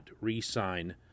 re-sign